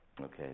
Okay